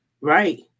right